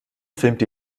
filmte